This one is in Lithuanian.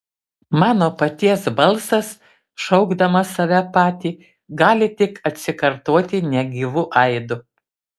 mano paties balsas šaukdamas save patį gali tik atsikartoti negyvu aidu